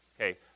Okay